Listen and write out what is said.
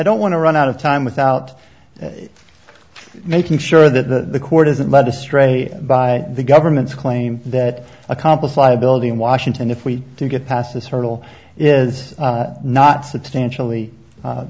don't want to run out of time without making sure that the court isn't led astray by the government's claim that accomplice liability in washington if we get past this hurdle is not substantially